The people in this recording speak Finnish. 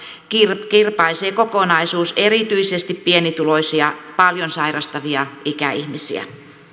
kirpaisee kokonaisuus erityisesti pienituloisia paljon sairastavia ikäihmisiä